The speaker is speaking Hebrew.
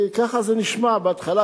כי ככה זה נשמע בהתחלה.